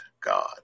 God